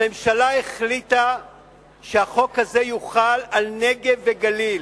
הממשלה החליטה שהחוק הזה יוחל על הנגב והגליל,